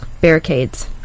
barricades